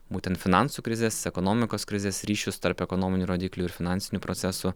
būtent finansų krizės ekonomikos krizės ryšius tarp ekonominių rodiklių ir finansinių procesų